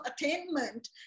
attainment